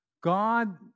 God